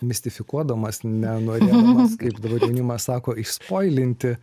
mistifikuodamas nenorėdamas kaip dabar jaunimas sako išspoilinti